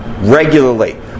regularly